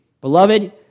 Beloved